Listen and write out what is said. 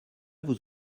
vous